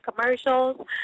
commercials